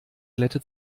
glätte